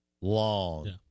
long